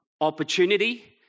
opportunity